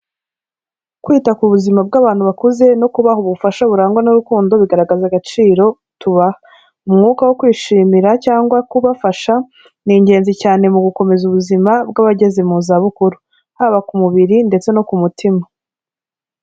Kwita ku buzima bw'abantu bakuze no kubaha ubufasha burangwa n'urukundo bigaragaza agaciro tuba, umwuka wo kwishimira cyangwa kubafasha ni ingenzi cyane mu gukomeza ubuzima bw'abageze mu zabukuru, haba ku mubiri ndetse no ku mutima.